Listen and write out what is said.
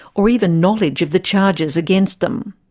or even knowledge of the charges against them.